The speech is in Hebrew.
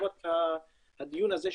בעקבות הדיון הזה שמתקיים,